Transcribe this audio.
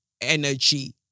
Energy